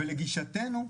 ולגישתנו,